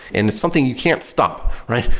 and it's something you can't stop, right?